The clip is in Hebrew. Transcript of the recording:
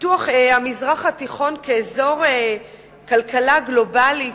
פיתוח המזרח התיכון כאזור כלכלה גלובלית,